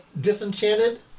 Disenchanted